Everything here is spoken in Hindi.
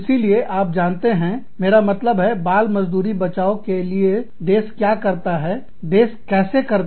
इसीलिए आप जानते हैं मेरा मतलब है बाल मजदूरी बचाओ के लिए देश क्या करता है देश कैसे करता है